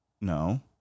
no